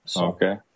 Okay